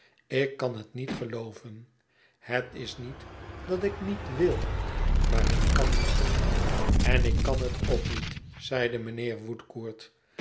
ik kan het niet gelooven het is niet dat ik niet wil maar ik kan niet en ik kan het ook niet zeide mijnheer